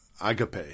agape